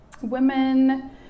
women